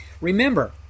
Remember